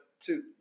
two